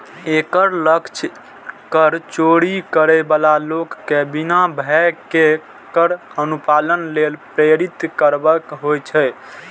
एकर लक्ष्य कर चोरी करै बला लोक कें बिना भय केर कर अनुपालन लेल प्रेरित करब होइ छै